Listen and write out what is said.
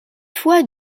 fois